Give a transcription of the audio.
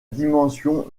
dimension